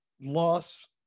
loss